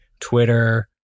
Twitter